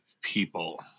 people